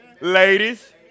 ladies